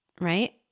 right